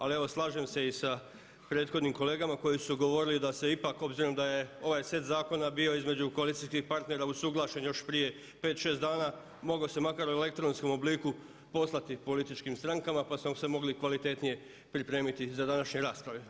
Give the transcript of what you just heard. Ali evo slažem se i sa prethodnim kolegama koji su govorili da se ipak obzirom da je ovaj set zakona bio između koalicijskih partnera usuglašen još prije 5, 6 dana mogao se makar u elektronskom obliku poslati političkim strankama pa smo se mogli kvalitetnije pripremiti za današnje rasprave.